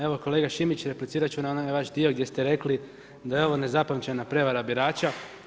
Evo kolega Šimić replicirati ću na onaj vaš dio gdje ste rekli da je ovo nezapamćena prijevara birača.